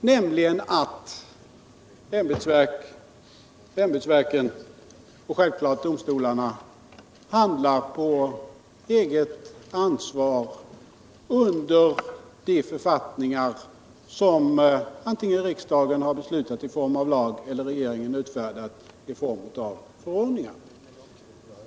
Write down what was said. Det innebär att ämbetsverken och självfallet domstolarna handlar på eget ansvar enligt de författningar som antingen riksdagen har beslutat om i form av lag eller regeringen har utfärdat i form av förordningar.